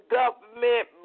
government